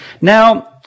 Now